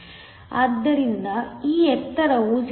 55 ಆಗಿದೆ ಆದ್ದರಿಂದ ಈ ಎತ್ತರವು 0